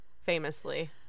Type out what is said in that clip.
famously